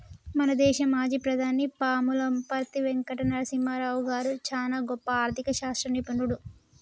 మన దేశ మాజీ ప్రధాని పాములపర్తి వెంకట నరసింహారావు గారు చానా గొప్ప ఆర్ధిక శాస్త్ర నిపుణుడు